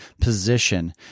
position